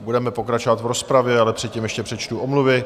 Budeme pokračovat v rozpravě, ale předtím ještě přečtu omluvy.